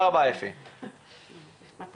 שמי